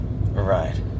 Right